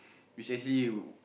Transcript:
which is actually